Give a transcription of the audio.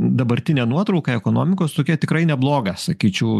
dabartinė nuotrauka ekonomikos tokia tikrai nebloga sakyčiau